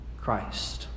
Christ